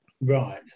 right